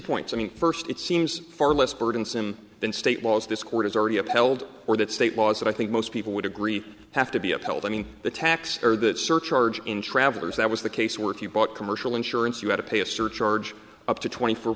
points i mean first it seems far less burdensome than state laws this court has already upheld or that state laws that i think most people would agree have to be upheld i mean the tax or that surcharge in travelers that was the case where if you bought commercial insurance you had to pay a surcharge up to twenty